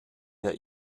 der